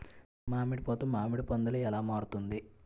మామిడి పూత మామిడి పందుల ఎలా మారుతుంది?